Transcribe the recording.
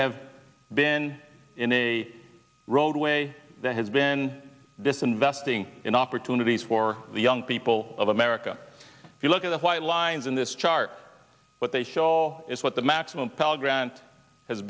have been in a roadway that has been this investing in opportunities for the young people of america if you look at the white lines in this chart what they show is what the maximum